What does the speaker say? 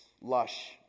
lush